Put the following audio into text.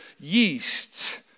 yeast